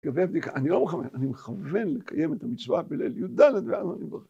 אני לא מכוון, אני מכוון לקיים את המצווה בליל י"ד